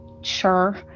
sure